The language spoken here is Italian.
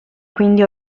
quindi